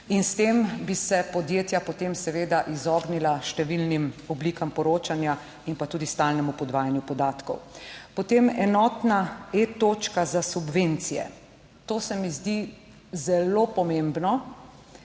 in s tem bi se podjetja potem seveda izognila številnim oblikam poročanja in pa tudi stalnemu podvajanju podatkov. Potem enotna e-točka za subvencije. To se mi zdi zelo pomembno,